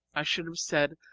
i should have said,